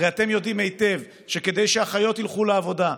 הרי אתם יודעים היטב שכדי שאחיות ילכו לעבודה,